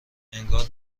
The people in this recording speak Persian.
انگار